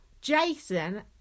jason